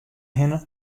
hinne